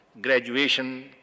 graduation